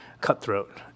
cutthroat